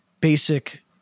basic